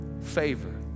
Favor